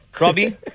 Robbie